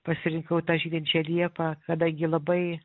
pasirinkau tą žydinčią liepą kadangi labai